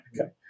Okay